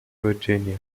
virginia